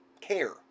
care